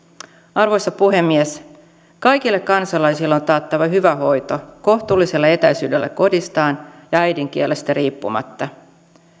arvoisa puhemies kaikille kansalaisille on taattava hyvä hoito kohtuullisella etäisyydellä kodistaan ja äidinkielestä riippumatta